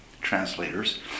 translators